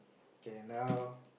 K now